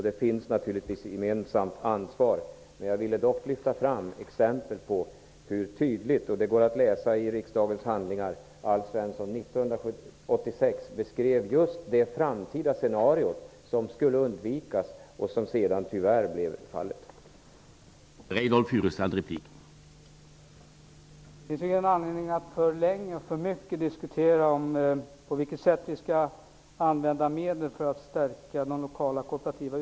Det finns givetvis ett gemensamt ansvar. Jag ville dock lyfta fram exempel på hur tydligt Alf Svensson beskrev just det framtida scenario som skulle undvikas och som senare tyvärr blev verklighet. Det går att läsa i riksdagens handlingar.